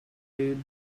you